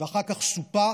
ואחר כך הוא סופח,